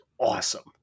awesome